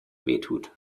wehtut